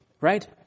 Right